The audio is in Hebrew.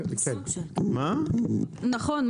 נכון.